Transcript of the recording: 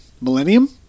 Millennium